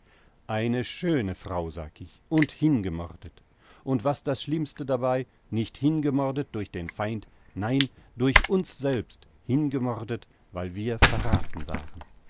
eine schöne frau sagt ich und hingemordet und was das schlimmste dabei nicht hingemordet durch den feind nein durch uns selbst hingemordet weil wir verrathen waren